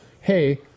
hey